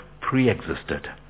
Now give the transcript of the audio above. pre-existed